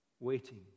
Waiting